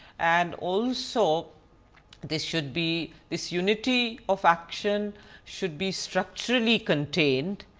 and also this should be, this unity of action should be structurally contained,